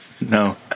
No